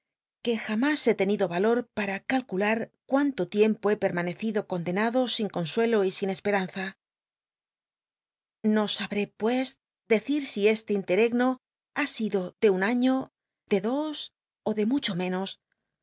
que j am s he tenido valor p ua t aku lar cuünto tiempo he permanecido condenado sin consuelo y in c jl l lnz a xo sabré pues dcti l si este inlci'cgno hn sido de un aiio de dos ó de mucho meuos